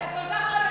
אתה כל כך,